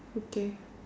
okay